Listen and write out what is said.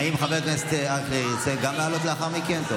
האם חבר הכנסת אייכלר ירצה גם לעלות לאחר מכן?